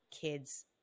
kids